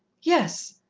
yes,